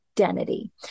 identity